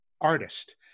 artist